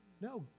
No